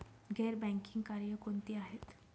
गैर बँकिंग कार्य कोणती आहेत?